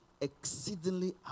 exceedingly